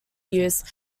used